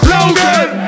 Logan